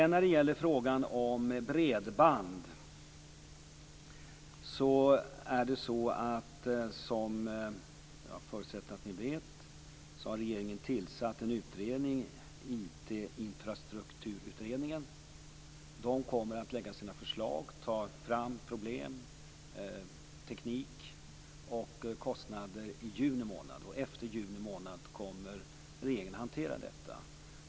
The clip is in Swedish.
När det gäller frågan om bredband har ju regeringen, som jag förutsätter att ni vet, tillsatt en utredning, IT-infrastruktursutredningen. Den kommer att lägga fram sina förslag, ta fram problem, teknik och kostnader i juni månad. Efter juni månad kommer regeringen att hantera detta.